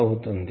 అవుతుంది